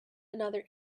another